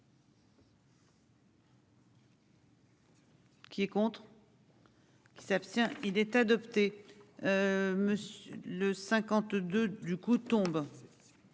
Qui est contre.-- Qui s'abstient. Il est adopté. Me le 52 du coup tombe.